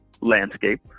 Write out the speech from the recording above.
landscape